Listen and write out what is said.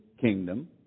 kingdom